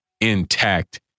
intact